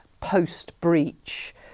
post-breach